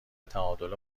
تعادل